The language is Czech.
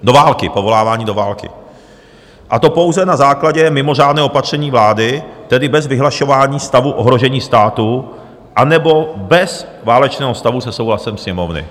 Do války, povolávání do války, a to pouze na základě mimořádného opatření vlády, tedy bez vyhlašování stavu ohrožení státu anebo bez válečného stavu se souhlasem Sněmovny.